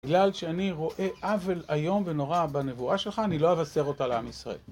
בגלל שאני רואה עוול איום ונורא בנבואה שלך, אני לא אבשר אותה לעם ישראל.